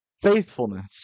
faithfulness